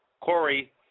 Corey